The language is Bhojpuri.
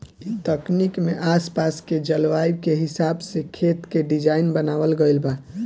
ए तकनीक में आस पास के जलवायु के हिसाब से खेत के डिज़ाइन बनावल गइल बा